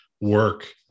work